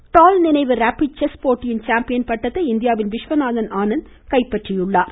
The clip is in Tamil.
வுயட நினைவு சுயினை செஸ் போட்டியின் சாம்பியன் பட்டத்தை இந்தியாவின் விஸ்வநாதன் ஆனந்த் கைப்பற்றியிருக்கிறார்